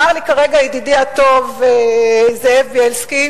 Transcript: שאל לי כרגע ידידי הטוב זאב בילסקי